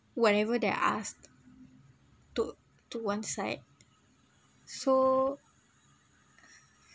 whatever they're asked to to one side so